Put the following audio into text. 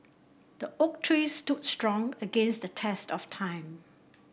the oak tree stood strong against the test of time